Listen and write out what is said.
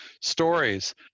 stories